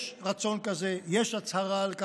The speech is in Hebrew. יש רצון כזה, יש הצהרה על זה